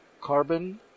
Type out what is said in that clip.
Carbon